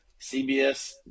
CBS